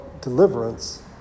deliverance